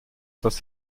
dass